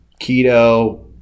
keto